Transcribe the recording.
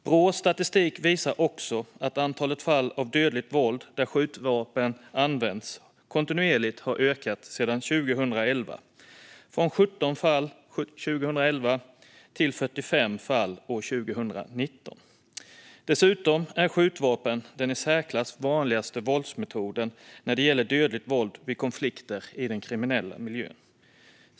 Brås statistik visar också att antalet fall av dödligt våld där skjutvapen använts kontinuerligt har ökat sedan 2011, från 17 fall år 2011 till 45 fall år 2019. Dessutom är skjutvapen den i särklass vanligaste våldsmetoden när det gäller dödligt våld vid konflikter i den kriminella miljön.